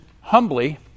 humbly